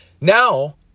Now